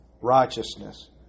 righteousness